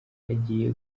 agiye